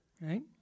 Right